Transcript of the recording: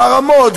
חרמות,